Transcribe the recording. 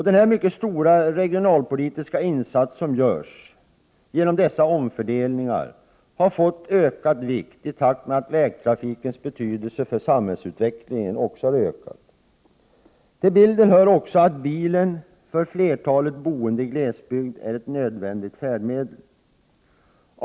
Den mycket stora regionalpolitiska insats som görs genom dessa omfördelningar har fått ökad vikt i takt med att vägtrafikens betydelse för samhällsutvecklingen har ökat. Till bilden hör också att bilen för flertalet boende i glesbygd är ett nödvändigt färdmedel.